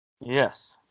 Yes